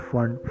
one